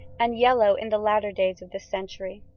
and yellow in the latter days of this century.